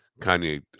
Kanye